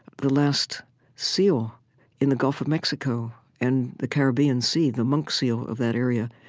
the last seal in the gulf of mexico and the caribbean sea, the monk seal of that area,